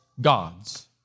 gods